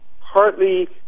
partly